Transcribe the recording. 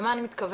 למה אני מתכוונת?